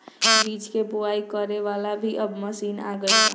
बीज के बोआई करे वाला भी अब मशीन आ गईल बा